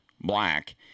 black